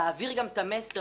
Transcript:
שתעביר גם את המסר,